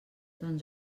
doncs